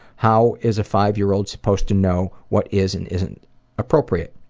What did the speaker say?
how is a five-year-old supposed to know what is and isn't appropriate?